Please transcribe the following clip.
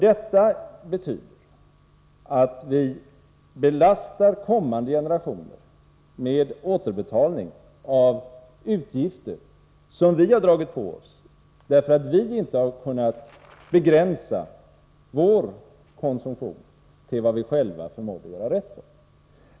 Detta betyder att vi belastar kommande generationer med återbetalning av utgifter som vi har dragit på oss därför att vi inte har kunnat begränsa vår konsumtion till vad vi själva förmått göra rätt för.